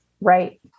right